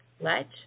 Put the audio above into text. Let